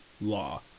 law